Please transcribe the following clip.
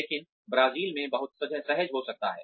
लेकिन ब्राजील में बहुत सहज हो सकता है